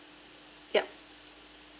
yup